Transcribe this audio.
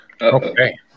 okay